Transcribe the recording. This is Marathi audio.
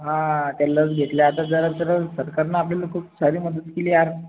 हां त्या लस घेतल्या आता जरा सर सरकारनं आपल्याला खूप सारी मदत केली यार